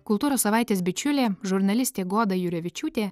kultūros savaitės bičiulė žurnalistė goda jurevičiūtė